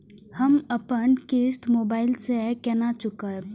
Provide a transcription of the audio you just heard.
हम अपन किस्त मोबाइल से केना चूकेब?